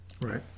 Right